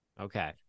Okay